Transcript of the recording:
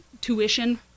tuition